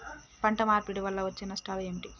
పంట మార్పిడి వల్ల వచ్చే నష్టాలు ఏమిటి?